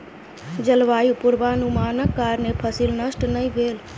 जलवायु पूर्वानुमानक कारणेँ फसिल नष्ट नै भेल